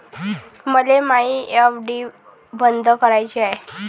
मले मायी एफ.डी बंद कराची हाय